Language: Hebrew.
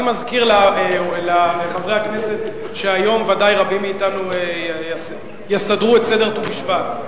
אני מזכיר לחברי הכנסת שהיום ודאי רבים מאתנו יסדרו את סדר ט"ו בשבט,